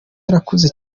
yarakuze